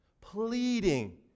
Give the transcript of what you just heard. pleading